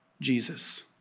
Jesus